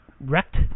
Wrecked